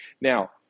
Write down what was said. Now